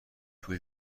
پولی